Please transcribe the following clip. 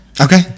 Okay